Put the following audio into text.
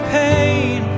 pain